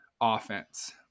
offense